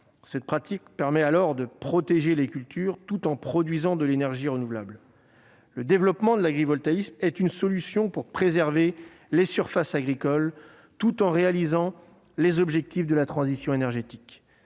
Cette pratique permet de protéger les cultures tout en produisant de l'énergie renouvelable. Le développement de l'agrivoltaïsme est une solution pour préserver les surfaces agricoles tout en atteignant les objectifs de la transition énergétique.